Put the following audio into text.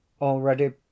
Already